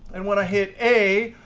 and when i hit a,